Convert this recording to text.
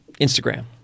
Instagram